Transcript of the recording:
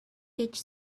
each